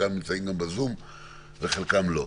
שחלקם נמצאים גם בזום וחלקם לא.